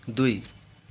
दुई